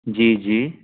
जी जी